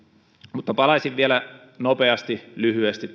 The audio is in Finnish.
mutta palaisin vielä nopeasti lyhyesti